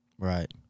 right